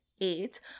eight